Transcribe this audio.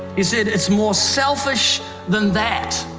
he said, it's more selfish than that.